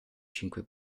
cinque